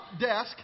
desk